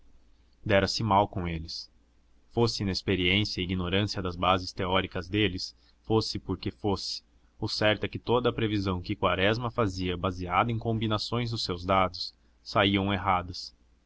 caderno dera-se mal com eles fosse inexperiência e ignorância das bases teóricas deles fosse porque fosse o certo é que toda a previsão que quaresma fazia baseada em combinações dos seus dados saía errada